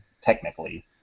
technically